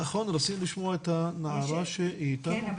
את הנערה --- כן,